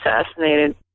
assassinated